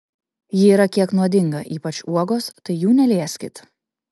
ji yra kiek nuodinga ypač uogos tai jų nelieskit